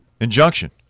injunction